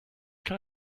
can